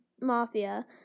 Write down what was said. Mafia